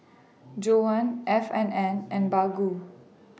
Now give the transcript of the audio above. Johan F and N and Baggu